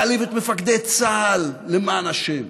להעליב את מפקדי צה"ל, למען השם